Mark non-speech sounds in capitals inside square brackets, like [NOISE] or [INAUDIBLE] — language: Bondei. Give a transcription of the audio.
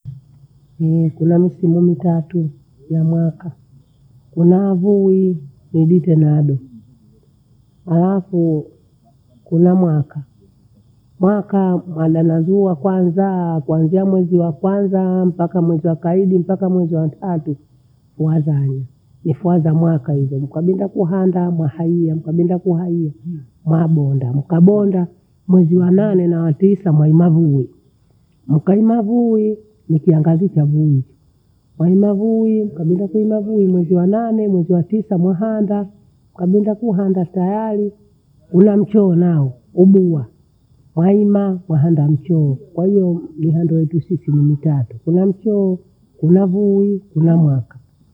[HESITATION] rangii zetumika zea ni rangi nyeusii, ni langi ya bluu, ni langi nyekunduu, nikijani, hena kidakhaa, kuna damu ya muzee. Kwahii zote hizo ni rangi ambazo twazitumia, nyeupe.